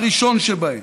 הראשון שבהם.